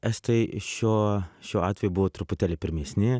estai šiuo šiuo atveju buvo truputėlį pirmesni